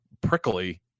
prickly